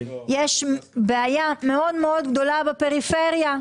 יש בעיה מאוד מאוד גדולה בפריפריה,